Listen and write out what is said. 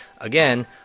Again